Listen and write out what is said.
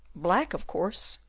black, of course.